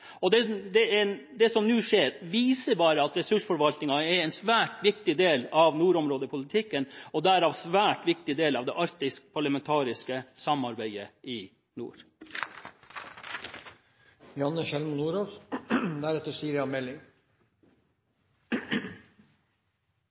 Det som nå skjer, viser bare at ressursforvaltningen er en svært viktig del av nordområdepolitikken – og derav en svært viktig del av det arktiske parlamentariske samarbeidet i